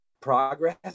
progress